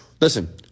Listen